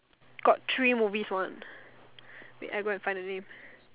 got three movies one wait I go find the name